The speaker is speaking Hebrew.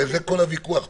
הרי זה כל הוויכוח פה.